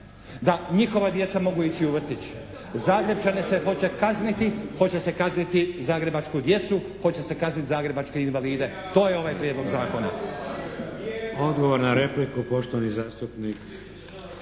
da njihova djeca mogu ići u vrtić. Zagrepčane se hoće kazniti, hoće se kazniti zagrebačku djecu, hoće se kazniti zagrebačke invalide. To je ovaj Prijedlog zakona. **Šeks, Vladimir (HDZ)** Odgovor na repliku, poštovani zastupnik